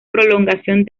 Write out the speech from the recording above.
prolongación